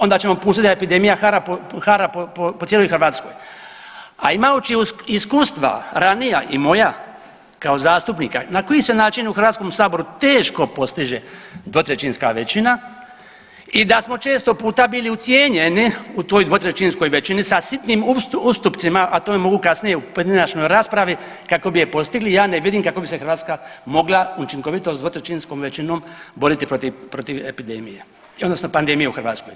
Onda ćemo pustiti da epidemija hara po cijeloj Hrvatskoj, a imajući iskustva ranija i moja kao zastupnika na koji se način u Hrvatskom saboru teško postiže dvotrećinska većina i da smo često puta bili ucijenjeni u toj dvotrećinskoj većini sa sitnim ustupcima a to mogu kasnije u pojedinačnoj raspravi kako bi je postigli, ja ne vidim kako bi se Hrvatska mogla učinkovito sa dvotrećinskom većinom boriti protiv epidemije, odnosno pandemije u Hrvatskoj.